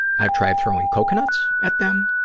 i've tried throwing coconuts at them.